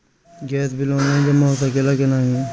Gas bill online जमा हो सकेला का नाहीं?